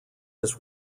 his